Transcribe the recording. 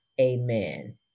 amen